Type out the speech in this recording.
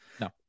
No